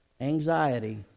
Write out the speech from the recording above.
anxiety